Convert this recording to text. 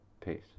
Peace